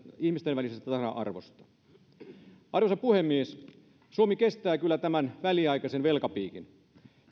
ihmisten välisestä tasa arvosta arvoisa puhemies suomi kestää kyllä tämän väliaikaisen velkapiikin